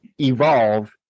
evolve